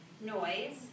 noise